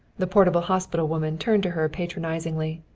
the portable hospital woman turned to her patronizingly.